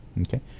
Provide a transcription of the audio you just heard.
Okay